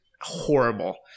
horrible